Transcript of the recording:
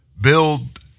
build